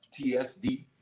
TSD